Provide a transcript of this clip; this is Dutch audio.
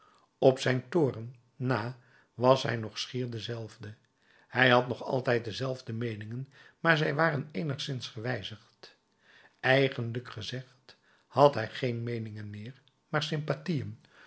op zijn toorn na was hij nog schier dezelfde hij had nog altijd dezelfde meeningen maar zij waren eenigszins gewijzigd eigenlijk gezegd had hij geen meeningen meer maar sympathieën